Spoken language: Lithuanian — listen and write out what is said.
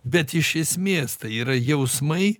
bet iš esmės tai yra jausmai